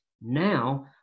Now